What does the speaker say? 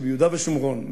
שביהודה ושומרון,